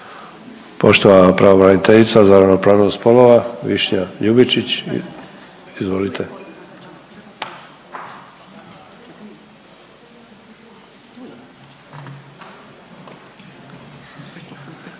Poštovana pravobraniteljica za ravnopravnost spolova Višnja Ljubičić. Izvolite.